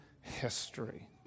history